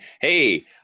hey